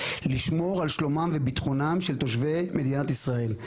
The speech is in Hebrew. לשמור על שלומם וביטחונם של תושבי מדינת ישראל.